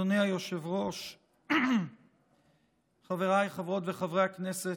אדוני היושב-ראש, חבריי חברות וחברי הכנסת,